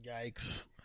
Yikes